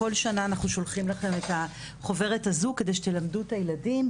כל שנה אנחנו שולחים לכם את החוברת הזו כדי שתלמדו את הילדים,